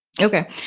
Okay